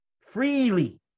freely